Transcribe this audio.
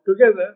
together